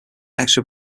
extra